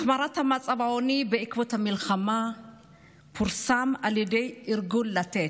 החמרת מצב העוני בעקבות המלחמה פורסם על ידי ארגון לתת.